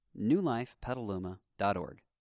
newlifepetaluma.org